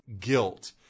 guilt